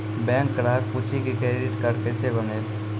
Bank ग्राहक पुछी की क्रेडिट कार्ड केसे बनेल?